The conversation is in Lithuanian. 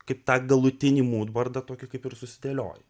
kaip tą galutinį mūdbordą tokį kaip ir susidėlioji